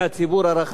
קבל עם ועדה,